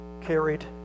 carried